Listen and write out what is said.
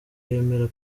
yemera